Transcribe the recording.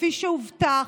כפי שהובטח,